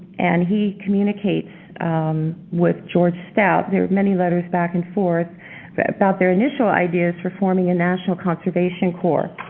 and he communicates with george stout. there are many letters back and forth about their initial ideas for forming a national conservation corp,